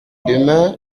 demain